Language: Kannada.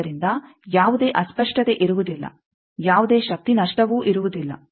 ಆದ್ದರಿಂದ ಯಾವುದೇ ಅಸ್ಪಷ್ಟತೆ ಇರುವುದಿಲ್ಲ ಯಾವುದೇ ಶಕ್ತಿ ನಷ್ಟವೂ ಇರುವುದಿಲ್ಲ